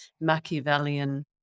Machiavellian